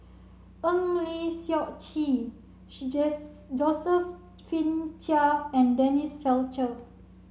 Eng Lee Seok Chee Josephine Chia and Denise Fletcher